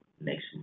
next